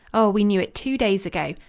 oh, we knew it two days ago.